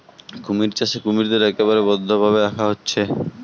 কুমির চাষে কুমিরদের একবারে বদ্ধ ভাবে রাখা হচ্ছে